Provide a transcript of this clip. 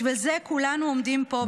בשביל זה כולנו עומדים פה".